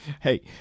Hey